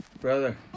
Brother